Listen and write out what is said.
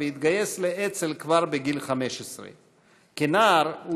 והתגייס לאצ"ל כבר בגיל 15. כנער הוא